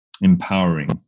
empowering